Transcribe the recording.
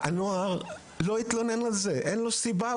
הנוער לא יתלונן על זה, אין לו סיבה.